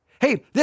Hey